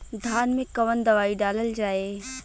धान मे कवन दवाई डालल जाए?